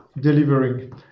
Delivering